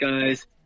guys